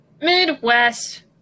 Midwest